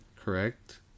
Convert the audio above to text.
Correct